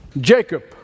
Jacob